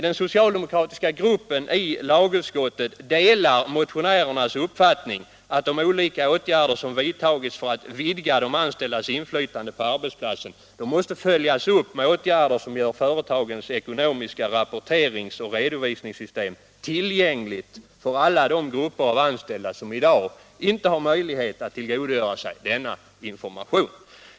Den socialdemokratiska gruppen i lagutskottet delar motionärernas uppfattning att de olika åtgärder som vidtagits för att vidga de anställdas inflytande på arbetsplatsen måste följas upp med åtgärder som gör företagens ekonomiska rapporteringsoch redovisningssystem tillgängligt för alla de grupper av anställda som i dag inte har möjlighet att tillgodogöra sig denna information.